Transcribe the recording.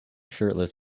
shirtless